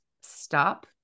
stop